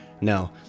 No